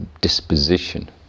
disposition